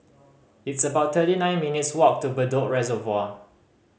it's about thirty nine minutes' walk to Bedok Reservoir